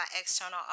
external